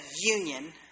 union